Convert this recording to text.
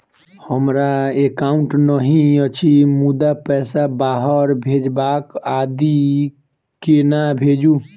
हमरा एकाउन्ट नहि अछि मुदा पैसा बाहर भेजबाक आदि केना भेजू?